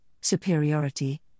Superiority